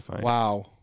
Wow